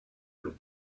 long